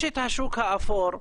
יש את השוק האפור,